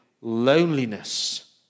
loneliness